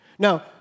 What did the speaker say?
Now